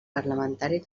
parlamentari